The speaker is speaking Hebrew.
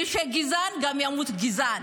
מי שגזען גם ימות גזען.